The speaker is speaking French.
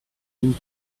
nous